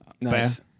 Nice